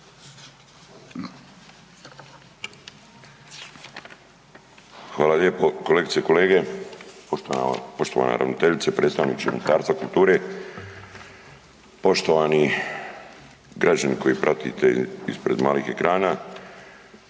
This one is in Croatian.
Hvala lijepo. Kolegice i kolege. Poštovana ravnateljice, predstavniče Ministarstva kulture, poštovani građani koji pratite ispred malih ekrana.